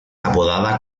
apodada